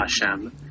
Hashem